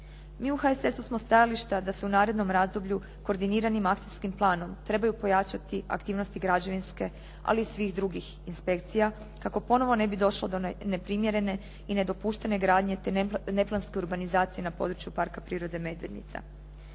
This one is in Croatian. Mi u HSS-u smo stajališta da se u narednom razdoblju koordiniranim akcijskim planom trebaju pojačati aktivnosti građevinske, ali i svih drugih inspekcija kako ponovo ne bi došlo do neprimjerene i nedopuštene gradnje te neplanske urbanizacije na području Parka prirode "Medvednica".